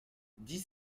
dix